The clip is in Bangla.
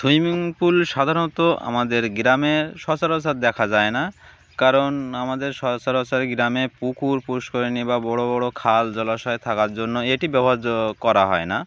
সুইমিং পুল সাধারণত আমাদের গ্রামে সচরাচর দেখা যায় না কারণ আমাদের সচরাচর গ্রামে পুকুর পুষ্করিণী বা বড়ো বড়ো খাল জলাশয় থাকার জন্য এটি ব্যবহার্য করা হয় না